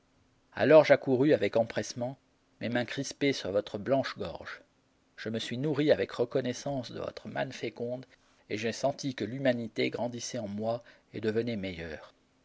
alors j'accourus avec empressement mes mains crispées sur votre blanche gorge je me suis nourri avec reconnaissance de votre manne féconde et j'ai senti que l'humanité grandissait en moi et devenait meilleure